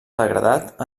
degradat